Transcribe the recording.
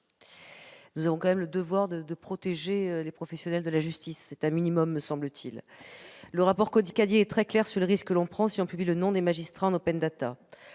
Nous avons tout de même le devoir de protéger les professionnels de la justice : c'est un minimum, me semble-t-il. Le rapport Cadiet est très clair quant au risque que l'on prend en publiant le nom des magistrats en.